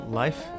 life